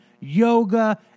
yoga